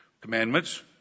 commandments